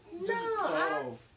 No